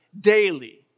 daily